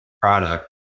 product